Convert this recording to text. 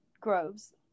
groves